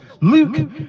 Luke